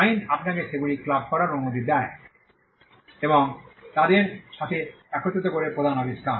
আইন আপনাকে সেগুলি ক্লাব করার অনুমতি দেয় এবং তাদের সাথে একত্রিত করে প্রধান আবিষ্কার